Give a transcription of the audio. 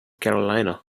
carolina